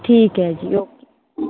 ਠੀਕ ਐ ਜੀ ਓਕੇ